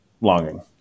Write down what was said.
longing